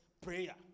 prayer